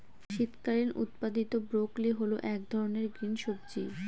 শীতকালীন উৎপাদীত ব্রোকলি হল এক ধরনের গ্রিন সবজি